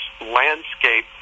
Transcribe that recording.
landscape